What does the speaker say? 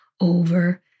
over